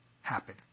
happen